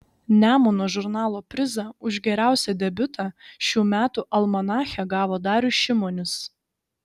nemuno žurnalo prizą už geriausią debiutą šių metų almanache gavo darius šimonis